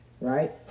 Right